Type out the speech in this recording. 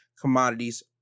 commodities